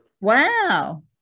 Wow